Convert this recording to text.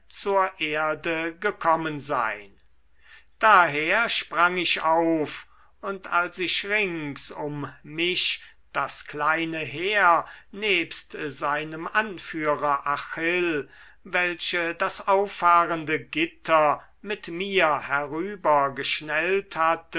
zur erde gekommen sein daher sprang ich auf und als ich rings um mich das kleine heer nebst seinem anführer achill welche das auffahrende gitter mit mir herüber geschnellt hatte